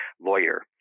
lawyer